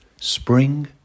spring